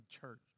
church